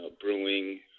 Brewing